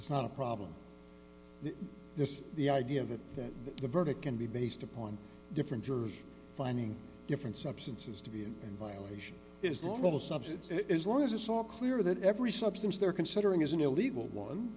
it's not a problem this the idea that that the verdict can be based upon different jurors finding different substances to be in in violation is all the substance as long as it's all clear that every substance they're considering is an illegal one